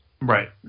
Right